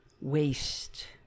waste